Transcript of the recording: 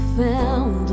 found